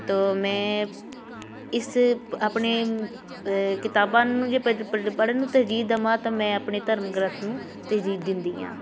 ਤਾਂ ਮੈਂ ਇਸ ਆਪਣੇ ਕਿਤਾਬਾਂ ਨੂੰ ਜੇ ਪੜ੍ਹਨ ਨੂੰ ਤਰਜੀਹ ਦੇਵਾਂ ਤਾਂ ਮੈਂ ਆਪਣੇ ਧਰਮ ਗ੍ਰੰਥ ਨੂੰ ਤਰਜੀਹ ਦਿੰਦੀ ਹਾਂ